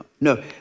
No